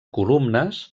columnes